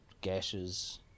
gashes